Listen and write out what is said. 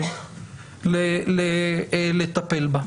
לטפל בה.